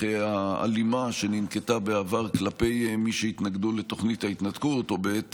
האלימה שננקטה בעבר כלפי מי שהתנגדו לתוכנית ההתנתקות או בעת